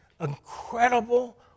incredible